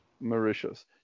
Mauritius